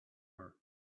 her